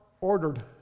ordered